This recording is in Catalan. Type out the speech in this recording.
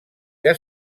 que